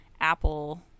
Apple